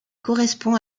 correspond